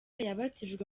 yabatijwe